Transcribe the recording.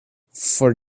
for